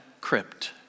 crypt